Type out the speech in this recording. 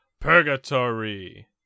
purgatory